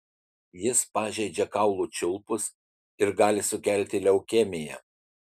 jis pažeidžia kaulų čiulpus ir gali sukelti leukemiją